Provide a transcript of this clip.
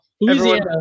Louisiana